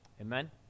Amen